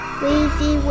Weezy